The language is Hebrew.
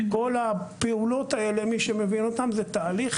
כל הפעולות האלה, מי שמבין אותן, זה תהליך.